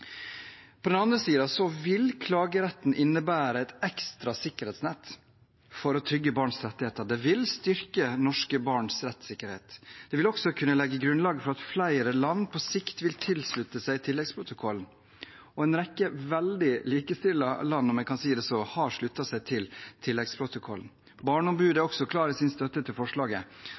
På den andre siden vil klageretten innebære et ekstra sikkerhetsnett for å trygge barns rettigheter. Det vil styrke norske barns rettssikkerhet. Det vil også kunne legge grunnlaget for at flere land på sikt vil slutte seg til tilleggsprotokollen. Og en rekke veldig likestilte land, om jeg kan si det slik, har sluttet seg til tilleggsprotokollen. Barneombudet er også klar i sin støtte til forslaget